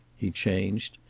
he changed,